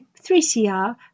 3CR